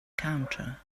counter